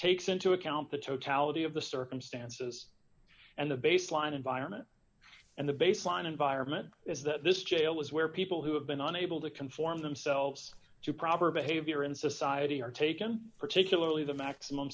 takes into account the totality of the circumstances and the baseline environment and the baseline environment is that this jail is where people who have been unable to conform themselves to proper behavior in society are taken particularly the maximum